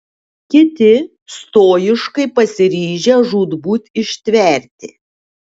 kiti stoiškai pasiryžę žūtbūt ištverti